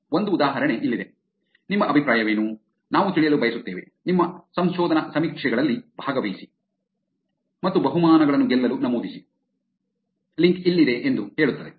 ಒಂದು ಉದಾಹರಣೆ ಇಲ್ಲಿದೆ ನಿಮ್ಮ ಅಭಿಪ್ರಾಯವೇನು ನಾವು ತಿಳಿಯಲು ಬಯಸುತ್ತೇವೆ ನಮ್ಮ ಸಂಶೋಧನಾ ಸಮೀಕ್ಷೆಗಳಲ್ಲಿ ಭಾಗವಹಿಸಿ ಮತ್ತು ಬಹುಮಾನಗಳನ್ನು ಗೆಲ್ಲಲು ನಮೂದಿಸಿ ಲಿಂಕ್ ಇಲ್ಲಿದೆ ಎಂದು ಹೇಳುತ್ತದೆ